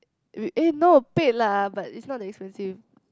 we eh no paid lah but it's not that expensive